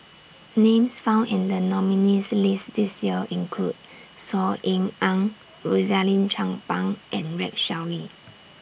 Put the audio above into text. Names found in The nominees' list This Year include Saw Ean Ang Rosaline Chan Pang and Rex Shelley